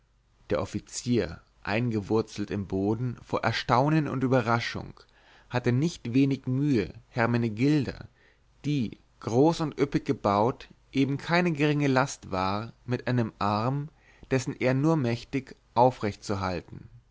der offizier eingewurzelt im boden vor erstaunen und überraschung hatte nicht wenig mühe hermenegilda die groß und üppig gebaut eben keine geringe last war mit einem arm dessen er nur mächtig